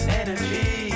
energy